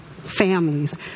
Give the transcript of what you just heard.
families